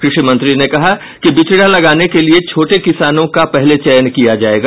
कृषि मंत्री ने कहा कि बिचड़ा लगाने के लिये छोटे किसानों का पहले चयन किया जायेगा